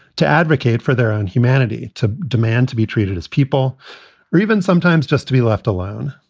to advocate for their own humanity, to demand to be treated as people or even sometimes just to be left alone.